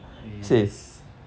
eh